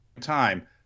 time